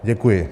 Děkuji.